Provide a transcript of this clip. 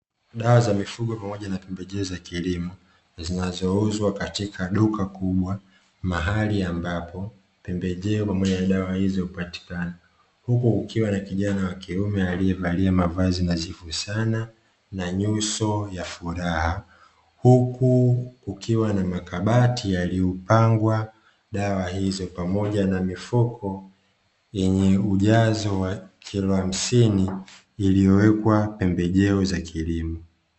Dawa za mifugo pamoja na pembejeo za kilimo zinazouzwa katika duka kubwa, mahali ambapo pembejeo pamoja na dawa hizo hupatikana. Huku kukiwa na kijana wa kiume aliyevalia mavazi nadhifu sana na nyuso ya furaha. Huku kuukiwa na makabati yaliyopangwa dawa hizo pamoja na mifuko yenye ujazo wa kilo hamsini iliowekwa pembejeo za kilimo.